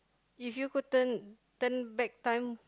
if you could turn turn back time